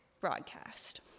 broadcast